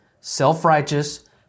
self-righteous